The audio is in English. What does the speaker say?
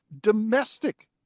domestic